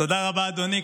תודה רבה, אדוני.